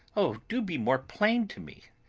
oh, do be more plain to me!